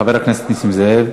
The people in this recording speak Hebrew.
חבר הכנסת נסים זאב,